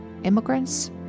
immigrants